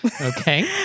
Okay